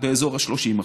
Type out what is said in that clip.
באזור ה-30%.